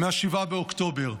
מ-7 באוקטובר.